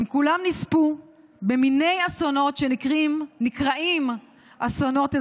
הם כולם נספו במיני אסונות שנקראים אסונות אזרחיים,